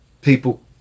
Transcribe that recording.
people